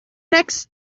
next